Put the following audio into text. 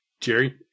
Jerry